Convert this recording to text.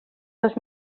dos